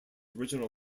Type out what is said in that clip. original